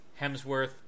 Hemsworth